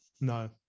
No